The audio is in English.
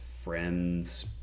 friends